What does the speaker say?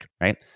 right